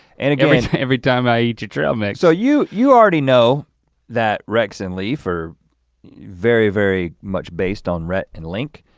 and i mean every time i eat your trail mix. so you you already know that rex and leaf are very, very much based on rhett and link,